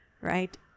right